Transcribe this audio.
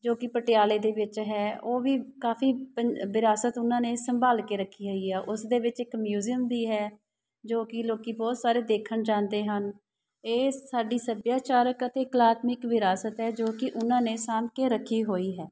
ਜੋ ਕਿ ਪਟਿਆਲੇ ਦੇ ਵਿੱਚ ਹੈ ਉਹ ਵੀ ਕਾਫੀ ਪ ਵਿਰਾਸਤ ਉਹਨਾਂ ਨੇ ਸੰਭਾਲ ਕੇ ਰੱਖੀ ਹੋਈ ਆ ਉਸ ਦੇ ਵਿੱਚ ਇੱਕ ਮਿਊਜ਼ੀਅਮ ਵੀ ਹੈ ਜੋ ਕਿ ਲੋਕ ਬਹੁਤ ਸਾਰੇ ਦੇਖਣ ਜਾਂਦੇ ਹਨ ਇਹ ਸਾਡੀ ਸੱਭਿਆਚਾਰਕ ਅਤੇ ਕਲਾਤਮਿਕ ਵਿਰਾਸਤ ਹੈ ਜੋ ਕਿ ਉਹਨਾਂ ਨੇ ਸਾਂਭ ਕੇ ਰੱਖੀ ਹੋਈ ਹੈ